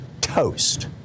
toast